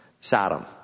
Sodom